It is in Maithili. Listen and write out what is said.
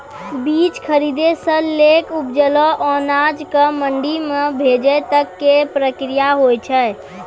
बीज खरीदै सॅ लैक उपजलो अनाज कॅ मंडी म बेचै तक के प्रक्रिया हौय छै